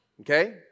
okay